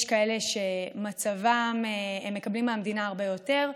יש כאלה שבמצבם הם מקבלים מהמדינה הרבה יותר,